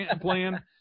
plan